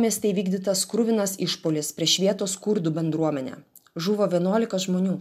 mieste įvykdytas kruvinas išpuolis prieš vietos kurdų bendruomenę žuvo vienuolika žmonių